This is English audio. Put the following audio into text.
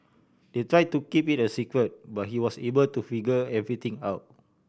they tried to keep it a secret but he was able to figure everything out